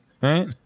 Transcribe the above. right